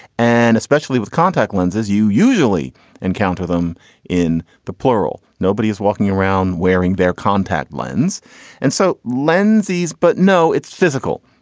and especially with contact lenses, you usually encounter them in the plural. nobody is walking around wearing their contact lens and so lenses. but no, it's physical.